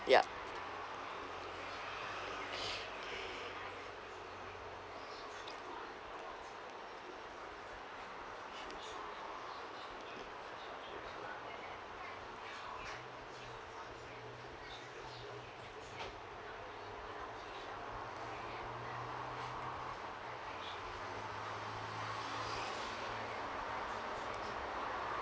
yup